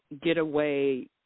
getaway